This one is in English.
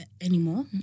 anymore